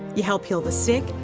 you help heal the sick,